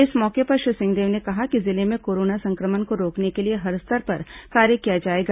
इस मौके पर श्री सिंहदेव ने कहा कि जिले में कोरोना संक्रमण को रोकने के लिए हर स्तर पर कार्य किया जाएगा